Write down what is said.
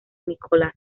nicolás